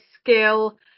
skill